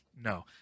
No